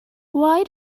why